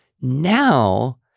now